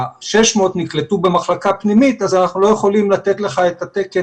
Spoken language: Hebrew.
ה-600 נקלטו במחלקה פנימית אז אנחנו לא יכולים לתת לך את התקן